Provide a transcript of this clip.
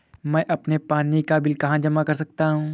मैं अपने पानी का बिल कहाँ जमा कर सकता हूँ?